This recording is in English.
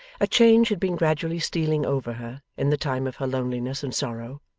a change had been gradually stealing over her, in the time of her loneliness and sorrow.